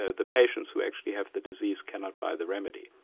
ah the patients who actually have the disease cannot buy the remedy.